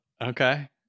Okay